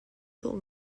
dawh